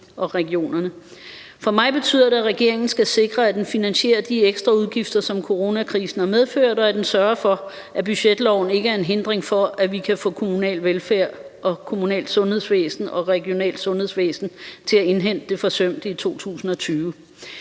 og regionerne. For mig betyder det, at regeringen skal sikre, at den finansierer de ekstraudgifter, som coronakrisen har medført, og at den sørger for, at budgetloven ikke er en hindring for, at vi kan få kommunal velfærd og få det kommunale sundhedsvæsen og det regionale sundhedsvæsen til at indhente det forsømte i 2020.